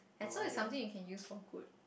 and so is something you can use for good